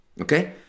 Okay